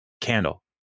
Candle